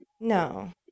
no